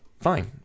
fine